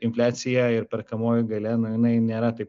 infliacija ir perkamoji galia nu jinai nėra taip